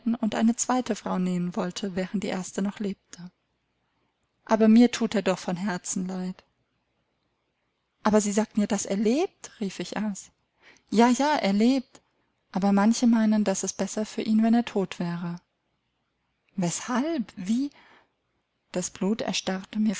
und eine zweite frau nehmen wollte während die erste noch lebte aber mir thut er doch von herzen leid aber sie sagten ja daß er lebt rief ich aus ja ja er lebt aber manche meinen daß es besser für ihn wenn er tot wäre weshalb wie das blut erstarrte